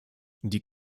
die